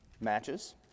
Matches